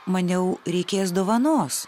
maniau reikės dovanos